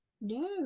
No